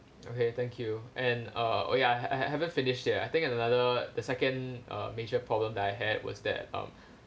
okay thank you and uh oh ya I ha~ I haven't finish yet I think another the second uh major problem that I had was that um